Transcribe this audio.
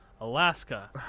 Alaska